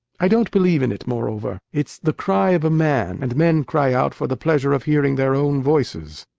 i don't believe in it moreover. it's the cry of a man, and men cry out for the pleasure of hearing their own voices.